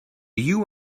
you